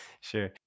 Sure